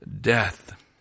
death